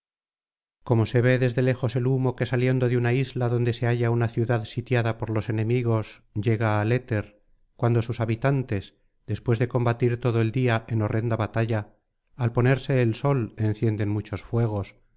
como se ve desde lejos el humo que saliendo de una isla donde se halla una ciudad sitiada por los enemigos llega al éter cuando sus habitantes después de combatir todo el día en horrenda batalla al ponerse el sol encienden muchos fuegos